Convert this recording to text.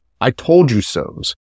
I-told-you-sos